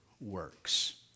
works